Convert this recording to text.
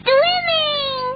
Swimming